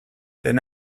then